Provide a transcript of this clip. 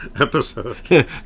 episode